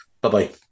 Bye-bye